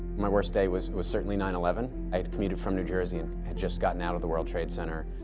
my worst day was was certainly nine eleven. i had commuted from new jersey and had just gotten out of the world trade center,